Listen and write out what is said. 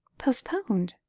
postponed?